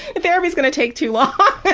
the therapy is going to take too long.